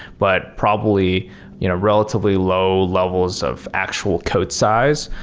but probably you know relatively low levels of actual code size.